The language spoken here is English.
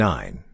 Nine